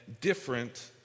different